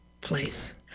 place